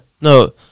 No